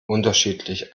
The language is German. unterschiedlich